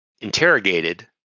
interrogated